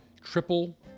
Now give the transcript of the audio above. Triple